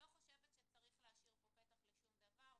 אני לא חושבת שצריך להשאיר פה פתח לשום דבר.